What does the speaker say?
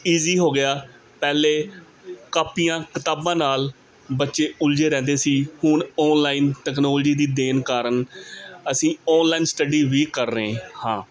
easy ਹੋ ਗਿਆ ਪਹਿਲੇ ਕਾਪੀਆਂ ਕਿਤਾਬਾਂ ਨਾਲ ਬੱਚੇ ਉਲਝੇ ਰਹਿੰਦੇ ਸੀ ਹੁਣ ਆਨਲਾਈਨ ਟੈਕਨੋਲਜੀ ਦੀ ਦੇਣ ਕਾਰਨ ਅਸੀਂ ਆਨਲਾਈਨ ਸਟੱਡੀ ਵੀ ਕਰ ਰਹੇ ਹਾਂ